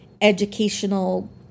educational